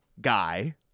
guy